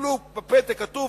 קיבלו פתק כתוב,